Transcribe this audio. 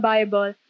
Bible